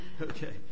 okay